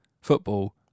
football